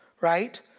right